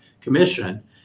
commission